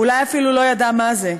אולי אפילו לא ידעה מה זה.